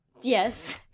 Yes